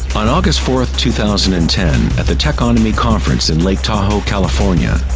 on august fourth, two thousand and ten at the techonomy conference in lake tahoe, california,